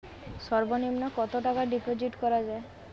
সর্ব নিম্ন কতটাকা ডিপোজিট করা য়ায়?